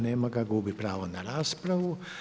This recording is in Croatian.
Nema ga, gubi pravo na raspravu.